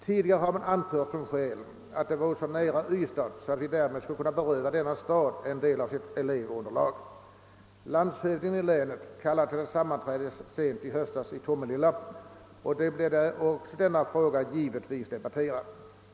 Tidigare har man som skäl mot ett gymnasium anfört att Simrishamn ligger så nära Ystad att det skulle kunna beröva denna stad en del av dess elevunderlag. Landshövdingen i länet kallade till ett sammanträde sent i höstas i Tomelilla, och där blev givetvis denna fråga också debatterad.